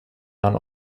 nahen